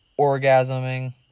orgasming